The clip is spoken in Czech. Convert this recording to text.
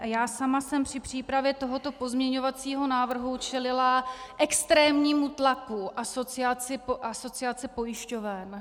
Já sama jsem při přípravě tohoto pozměňovacího návrhu čelila extrémnímu tlaku Asociace pojišťoven.